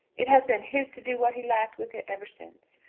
it has been his to do what he liked with it ever since,